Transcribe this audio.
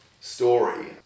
story